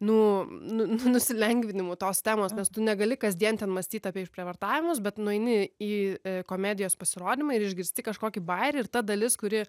nu nusilengvinimu tos temos nes tu negali kasdien ten mąstyt apie išprievartavimus bet nueini į komedijos pasirodymą ir išgirsti kažkokį bajerį ir ta dalis kuri